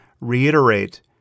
reiterate